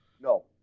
No